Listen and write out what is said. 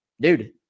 dude